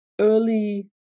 early